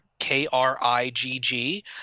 K-R-I-G-G